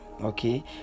okay